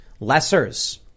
lessers